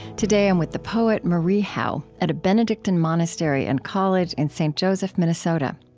today, i'm with the poet marie howe at a benedictine monastery and college in st. joseph, minnesota.